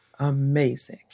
amazing